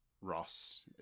ross